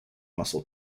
muscle